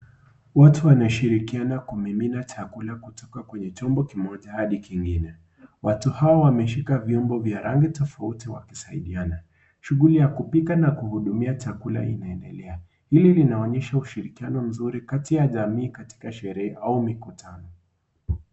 Watu wanashirikiana kumimina chakula kutoka kwenye chombo kimoja had kingine. Watu hawa wameshika vyombo vya rangi tofauti wakisaidiana. Shughuli ya kupika na kuhudumia chakula inaendelea. Hili linaonyesha ushirikiano mzuri kati ya jamii katika sherehe au mikutano.